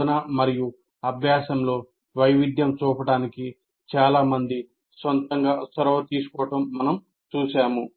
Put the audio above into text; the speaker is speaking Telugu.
బోధన మరియు అభ్యాసంలో వైవిధ్యం చూపడానికి చాలా మంది సొంతంగా చొరవ తీసుకోవడం మనం చూశాము